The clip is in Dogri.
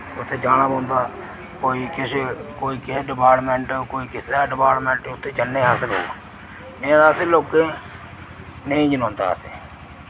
उत्थै जाना पौंदा कोई किश कोई केह् डिपार्टमैंट कोई किसे दा डिपार्टमैंट उत्थै जन्ने अस लोक नि तां असें लोकें नेईं जनोंदा असें